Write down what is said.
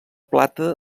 plata